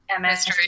MS